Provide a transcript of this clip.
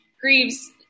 grieves